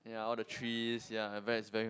yeah all the trees yeah very it's very